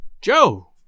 joe